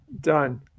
Done